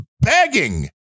Begging